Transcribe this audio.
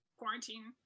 quarantine